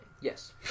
Yes